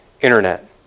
internet